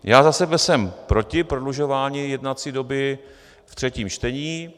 Já za sebe jsem proti prodlužování jednací doby ve třetím čtení.